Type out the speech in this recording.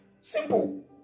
simple